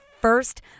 first